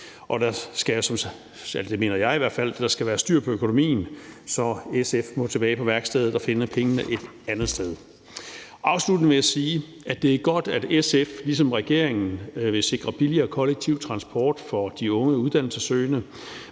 mener jeg i hvert fald – så SF må tilbage på værkstedet og finde pengene et andet sted. Afsluttende vil jeg sige, at det er godt, at SF ligesom regeringen vil sikre billigere kollektiv transport for de unge uddannelsessøgende,